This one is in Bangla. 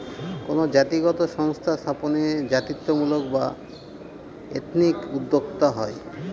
কোনো জাতিগত সংস্থা স্থাপনে জাতিত্বমূলক বা এথনিক উদ্যোক্তা হয়